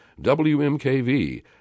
WMKV